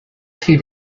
two